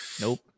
Nope